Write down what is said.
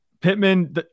Pittman